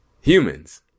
humans